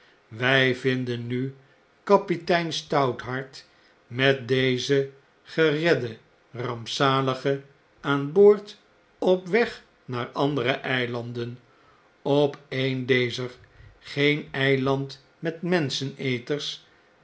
wjj vinden nu kapitein stouthart met dezen geredden rampzalige aan boord op weg naar andere eilanden op een dezer geen eiland met